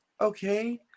okay